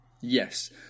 Yes